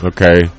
Okay